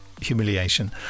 humiliation